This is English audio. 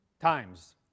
Times